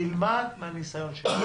תלמד מן הניסיון שלי.